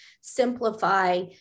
simplify